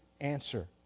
answer